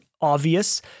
obvious